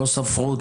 לא ספרו אותו.